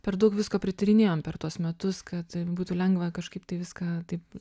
per daug visko prityrinėjom per tuos metus kad būtų lengva kažkaip tai viską taip